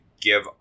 give